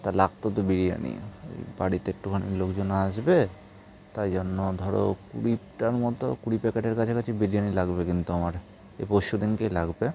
তা লাগত তো বিরিয়ানি বাড়িতে একটুখানি লোকজন আসবে তাই জন্য ধর কুড়িটার মতো কুড়ি প্যাকেটের কাছাকাছি বিরিয়ানি লাগবে কিন্তু আমার এ পরশু দিনেই লাগবে